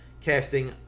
casting